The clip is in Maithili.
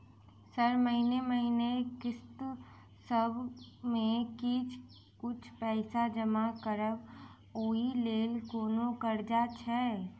सर महीने महीने किस्तसभ मे किछ कुछ पैसा जमा करब ओई लेल कोनो कर्जा छैय?